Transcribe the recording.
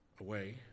away